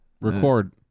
Record